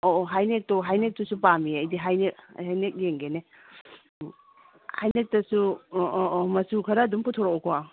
ꯑꯣ ꯑꯣ ꯍꯩꯅꯦꯛꯇꯣ ꯍꯩꯅꯦꯛꯇꯨꯁꯨ ꯄꯥꯝꯃꯤ ꯑꯩꯗꯤ ꯍꯩꯅꯦꯛ ꯍꯩꯅꯦꯛ ꯌꯦꯡꯒꯦꯅꯦ ꯍꯩꯅꯦꯛꯇꯨꯁꯨ ꯑꯣ ꯑꯣ ꯑꯣ ꯃꯆꯨ ꯈꯔ ꯑꯗꯨꯝ ꯄꯨꯊꯣꯔꯛꯎꯀꯣ